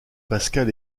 pascal